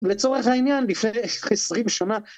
לצורך העניין לפני עשרים שנה.